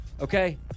okay